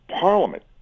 Parliament